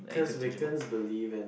cause Wakens believe in